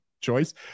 choice